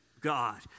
God